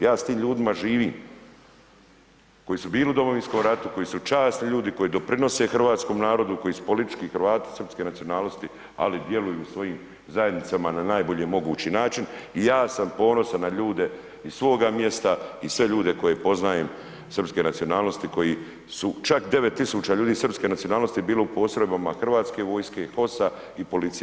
Ja s tim ljudima živim, koji su bili u Domovinskom ratu, koji su časni ljudi, koji doprinose hrvatskom narodu, koji su politički Hrvati srpske nacionalnosti, ali djeluju u ovim zajednicama na najbolji mogući način i ja sam ponosan na ljude iz svoga mjesta i sve ljude koje poznajem srpske nacionalnosti koji su čak 9 tisuća ljudi srpske nacionalnosti bilo u postrojbama HV-a, HOS-a i policije.